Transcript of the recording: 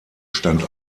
stand